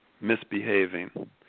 misbehaving